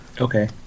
okay